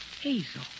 hazel